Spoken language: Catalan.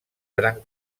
seran